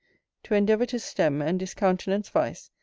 to endeavour to stem and discountenance vice,